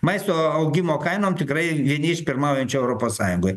maisto augimo kainom tikrai vieni iš pirmaujančių europos sąjungoj